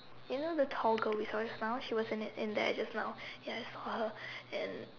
you know the tall girl we saw just now she was in it in there just now ya I saw her